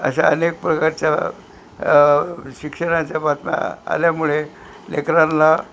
अशा अनेक प्रकारच्या शिक्षणाच्या बातम्या आल्यामुळे लेकरांना